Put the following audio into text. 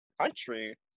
country